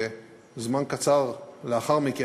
זמן קצר לאחר מכן,